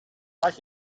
laat